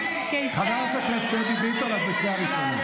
חברת הכנסת דבי ביטון, את בקריאה ראשונה.